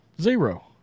zero